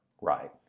right